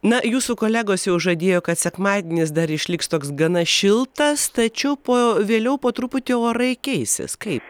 na jūsų kolegos jau žadėjo kad sekmadienis dar išliks toks gana šiltas tačiau po vėliau po truputį orai keisis kaip